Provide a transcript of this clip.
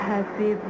Happy